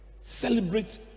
Celebrate